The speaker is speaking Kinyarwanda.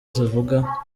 zivuga